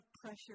pressure